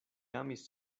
amis